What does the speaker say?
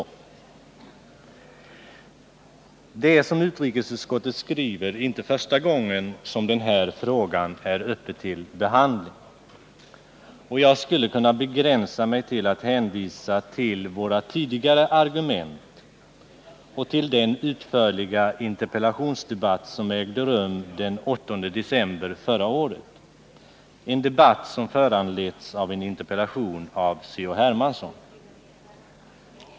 Det är, som utrikesutskottet skriver, inte första gången som denna fråga är uppe till behandling. Jag skulle kunna begränsa mig till att hänvisa till våra tidigare argument och till den utförliga interpellationsdebatt som ägde rum den 8 december förra året, en debatt som hade föranletts av en interpellation av Carl-Henrik Hermansson.